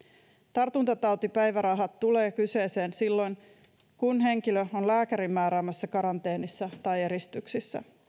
tartuntatautipäiväraha tulee kyseeseen silloin kun henkilö on lääkärin määräämässä karanteenissa tai eristyksessä